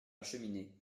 cheminée